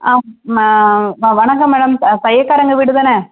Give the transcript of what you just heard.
ஆ மே வணக்கம் மேடம் தையக்காரங்க வீடு தானே